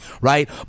right